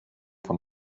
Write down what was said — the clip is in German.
vom